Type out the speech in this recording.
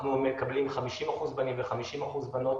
אנחנו מקבלים 50% בנים ו-50% בנות.